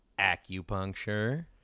Acupuncture